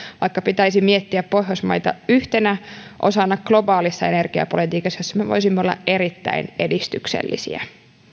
vaikka pitäisi miettiä pohjoismaita yhtenä osana globaalissa energiapolitiikassa jossa me voisimme olla erittäin edistyksellisiä